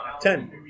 Ten